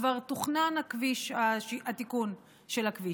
כבר תוכנן התיקון של הכביש.